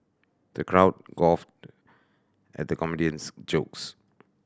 the crowd guffawed at the comedian's jokes